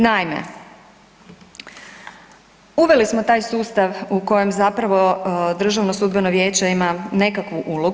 Naime, uveli smo taj sustav u kojem zapravo Državno sudbeno vijeće imam nekakvu ulogu.